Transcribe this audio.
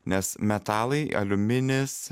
nes metalai aliuminis